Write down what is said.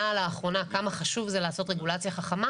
לאחרונה כמה חשוב זה לעשות רגולציה חכמה.